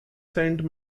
saint